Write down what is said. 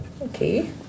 Okay